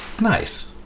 Nice